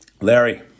Larry